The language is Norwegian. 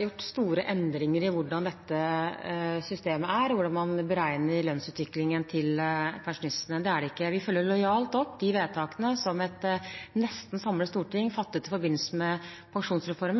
gjort store endringer i hvordan dette systemet er, og i hvordan man beregner lønnsutviklingen til pensjonistene. Slik er det ikke. Vi følger lojalt opp de vedtakene som et nesten samlet storting fattet i forbindelse med pensjonsreformen.